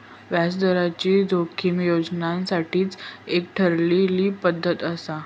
व्याजदराची जोखीम मोजण्यासाठीची एक ठरलेली पद्धत आसा